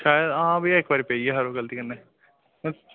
शायद हां भैया इक बारी पेई गेआ हा यरों गलती कन्नै